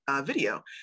video